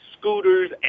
scooters